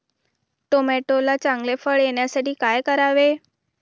टोमॅटोला चांगले फळ येण्यासाठी काय करावे?